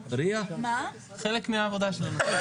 חלק מהעבודה שלנו.